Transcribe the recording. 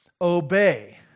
obey